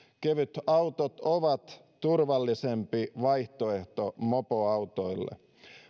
kevytautot ovat turvallisempi vaihtoehto mopoautoille